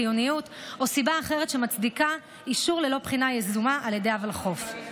חיוניות או סיבה אחרת שמצדיקה אישור ללא בחינה יזומה על ידי הוולחו"ף.